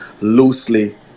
loosely